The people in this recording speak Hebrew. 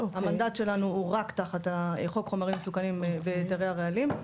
המדד שלנו הוא רק תחת חוק חומרים מסוכנים בהיתרי הרעלים,